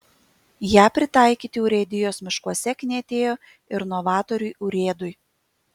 ją pritaikyti urėdijos miškuose knietėjo ir novatoriui urėdui